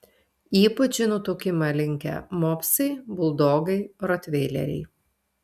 ypač į nutukimą linkę mopsai buldogai rotveileriai